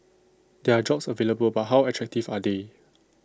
there are jobs available but how attractive are they